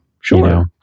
sure